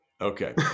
Okay